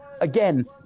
Again